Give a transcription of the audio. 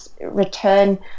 return